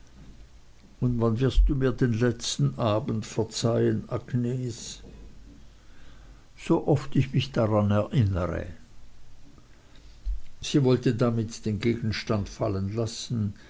und wann wirst du mir den letzten abend verzeihen agnes so oft ich mich daran erinnere sie wollte damit den gegenstand fallen lassen